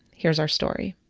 here's our story